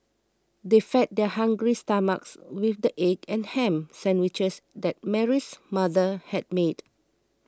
they fed their hungry stomachs with the egg and ham sandwiches that Mary's mother had made